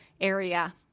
area